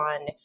on